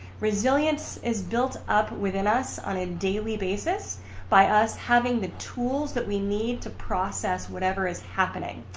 resilience is built up within us on a daily basis by us having the tools that we need to process whatever is happening.